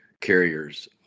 carriers